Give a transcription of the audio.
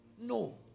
no